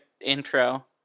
intro